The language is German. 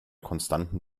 konstanten